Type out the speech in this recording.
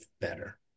better